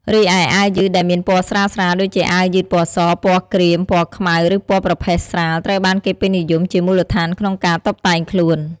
រីឯ អាវយឺតដែលមានពណ៌ស្រាលៗ ដូចជាអាវយឺតពណ៌ស ពណ៌ក្រៀម ពណ៌ខ្មៅ ឬពណ៌ប្រផេះស្រាល ត្រូវបានគេពេញនិយមជាមូលដ្ឋានក្នុងការតុបតែងខ្លួន។